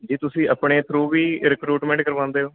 ਜੀ ਤੁਸੀਂ ਆਪਣੇ ਥਰੂ ਵੀ ਰਿਕਰੂਟਮੈਂਟ ਕਰਵਾਉਂਦੇ ਹੋ